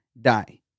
die